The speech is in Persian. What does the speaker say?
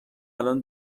الان